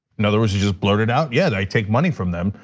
in other words, he just blurted out, yeah, i take money from them.